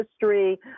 history